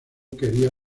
quería